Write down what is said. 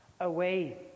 away